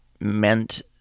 meant